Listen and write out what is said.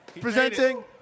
Presenting